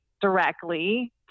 directly